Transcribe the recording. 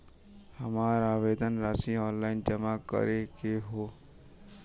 हमार आवेदन राशि ऑनलाइन जमा करे के हौ?